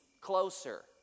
closer